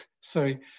Sorry